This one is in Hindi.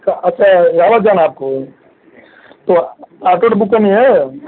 तो अच्छा यह इलाहबाद जाना है आपको तो आटो उटो बुक करनी है